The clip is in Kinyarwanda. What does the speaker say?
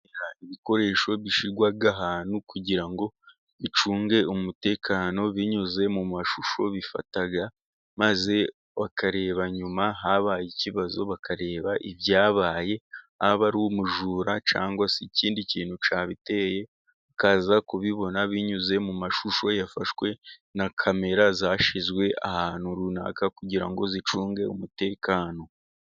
Ibikoresho bishyirwa ahantu kugira ngo bicunge umutekano binyuze mu mashusho bifata ,maze bakareba nyuma habaye ikibazo, bakareba ibyabaye haba ari umujura, cyangwa se ikindi kintu cyabiteye bakaza kubibona binyuze mu mashusho yafashwe na camera zashyizwe ahantu runaka, kugira ngo zicunge umutekano.